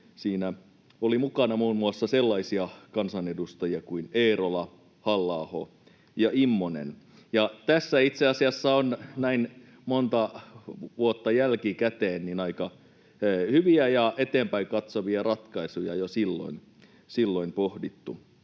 siinä oli mukana muun muassa sellaisia kansanedustajia kuin Eerola, Halla-aho ja Immonen. Ja tässä itse asiassa on näin monta vuotta jälkikäteen aika hyviä ja eteenpäin katsovia ratkaisuja jo silloin pohdittu.